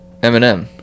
Eminem